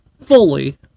fully